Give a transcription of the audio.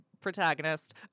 protagonist